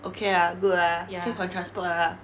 okay ah good ah save on transport ah